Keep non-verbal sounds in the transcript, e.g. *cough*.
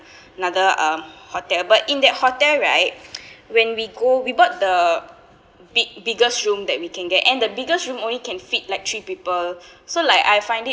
*breath* another um hotel but in that hotel right *noise* when we go we bought the big biggest room that we can get and the biggest room only can fit like three people *breath* so like I find it